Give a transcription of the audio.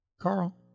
Carl